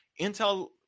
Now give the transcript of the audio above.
Intel